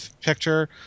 picture